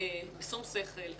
בשום שכל.